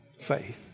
faith